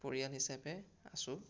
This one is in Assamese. পৰিয়াল হিচাপে আছোঁ